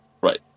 right